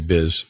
Biz